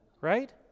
Right